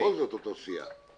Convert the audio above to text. בכל זאת אותה סיעה...